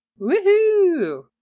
Woohoo